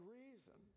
reason